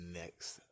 next